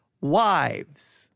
wives